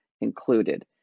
included